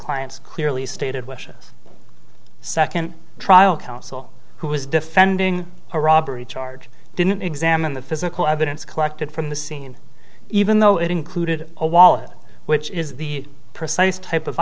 client's clearly stated wishes second trial counsel who was defending a robbery charge didn't examine the physical evidence collected from the scene even though it included a wallet which is the